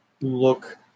look